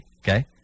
okay